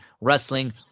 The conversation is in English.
wrestling